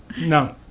No